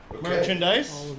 merchandise